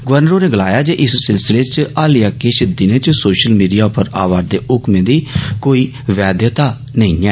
governor होरें गलाया जे इस सिलसिले च हालियां किश दिनें च सोशल मीड़ियां उप्पर आवा'रदे हुक्में दी कोई वैधयता नेईं ऐ